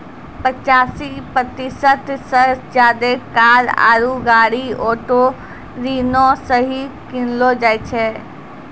पचासी प्रतिशत से ज्यादे कार आरु गाड़ी ऑटो ऋणो से ही किनलो जाय छै